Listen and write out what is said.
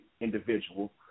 individual